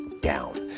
down